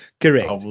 Correct